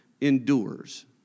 endures